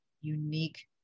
unique